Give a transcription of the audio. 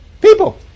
People